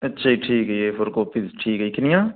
ਅੱਛਾ ਜੀ ਠੀਕ ਹੈ ਜੀ ਏ ਫੋਰ ਕੋਪੀਜ ਠੀਕ ਹੈ ਜੀ ਕਿੰਨੀਆਂ